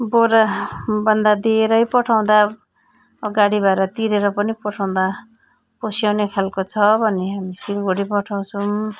बोराभन्दा धेरै पठाउँदा गाडीभारा तिरेर पनि पठाउँदा पोसाउने खालको छ भने हामी सिलगढी पठाउँछौँ